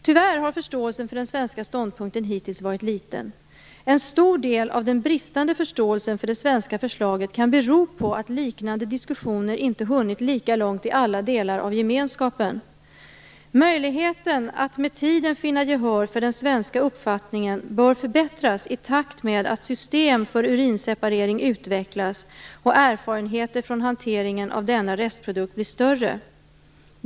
Tyvärr har förståelsen för den svenska ståndpunkten hittills varit liten. En stor del av den bristande förståelsen för det svenska förslaget kan bero på att liknande diskussioner inte hunnit lika långt i alla delar av gemenskapen. Möjligheten att med tiden finna gehör för den svenska uppfattningen bör förbättras i takt med att system för urinseparering utvecklas och erfarenheter från hanteringen av denna restprodukt blir större.